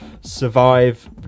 survive